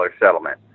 settlement